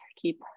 keep